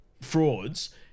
frauds